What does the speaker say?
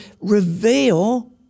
reveal